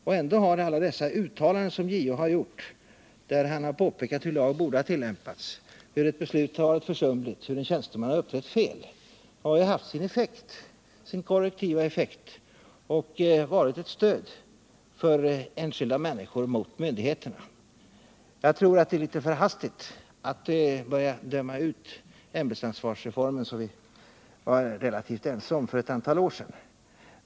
Och ändå har alla dessa uttalanden från JO, där han påpekat hur lagen borde ha tillämpats, hur ett beslut varit försumligt, hur en tjänsteman har uppträtt felaktigt, haft sin korrektiva effekt och varit ett stöd för enskilda människor mot myndigheterna. Jag tror det är litet förhastat att börja döma ut ämbetsansvarsreformen, som vi var relativt ense om för ett antal år sedan.